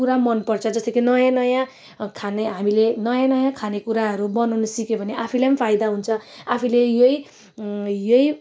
पुरा मनपर्छ जस्तो कि हामीले नयाँ नयाँ खाने हामीले नयाँ नयाँ खानेकुराहरू बनाउनु सिक्यो भने आफैलाई नै फाइदा हुन्छ आफैले यही यही